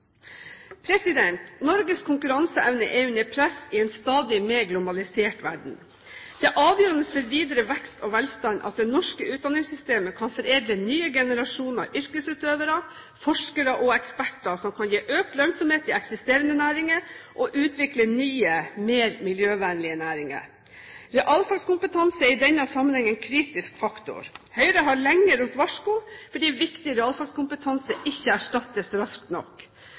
Norges konkurranseevne er under press i en stadig mer globalisert verden. Det er avgjørende for videre vekst og velstand at det norske utdanningssystemet kan foredle nye generasjoner yrkesutøvere, forskere og eksperter som kan gi økt lønnsomhet i eksisterende næringer og utvikle nye, mer miljøvennlige næringer. Realfagskompetanse er i denne sammenheng en kritisk faktor. Høyre har lenge ropt varsko fordi viktig realfagskompetanse ikke erstattes raskt nok.